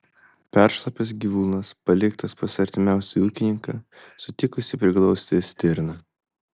peršlapęs gyvūnas paliktas pas artimiausią ūkininką sutikusį priglausti stirną